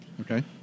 Okay